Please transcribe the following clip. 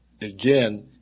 again